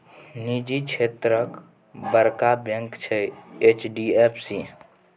निजी क्षेत्रक बड़का बैंक छै एच.डी.एफ.सी